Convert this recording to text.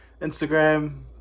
Instagram